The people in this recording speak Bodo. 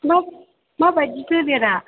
माबायदिथो लिरा